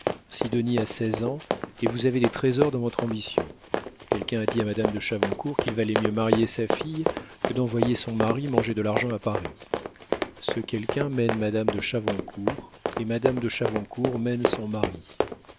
sidonie a seize ans et vous avez des trésors dans votre ambition quelqu'un a dit à madame de chavoncourt qu'il valait mieux marier sa fille que d'envoyer son mari manger de l'argent à paris ce quelqu'un mène madame de chavoncourt et madame de chavoncourt mène son mari